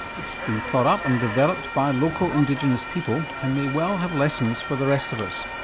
it's been thought up and developed by local indigenous people and may well have lessons for the rest of us.